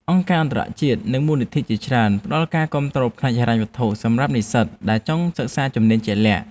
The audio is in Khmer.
អង្គការអន្តរជាតិនិងមូលនិធិជាច្រើនផ្តល់ការគាំទ្រផ្នែកហិរញ្ញវត្ថុសម្រាប់និស្សិតដែលចង់សិក្សាជំនាញជាក់លាក់។